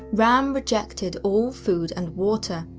ram rejected all food and water,